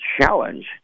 challenge